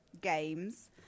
games